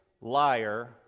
liar